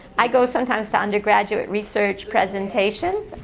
i go sometimes to undergraduate research presentations.